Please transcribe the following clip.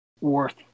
worth